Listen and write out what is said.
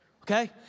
okay